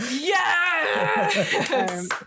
Yes